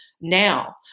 now